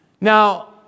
Now